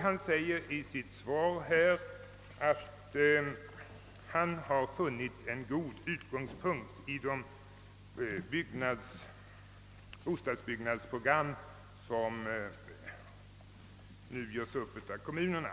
Han säger i sitt svar, att han har funnit en god utgångspunkt i de bostadsbyggnadsprogram som görs upp av kommunerna.